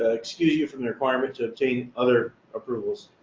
ah excuse you from the requirement to obtain other approvals.